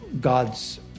God's